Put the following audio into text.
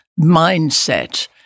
mindset